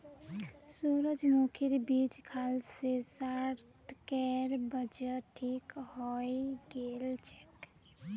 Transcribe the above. सूरजमुखीर बीज खाल से सार्थकेर कब्ज ठीक हइ गेल छेक